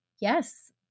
yes